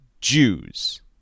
Jews